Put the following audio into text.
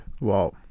Wow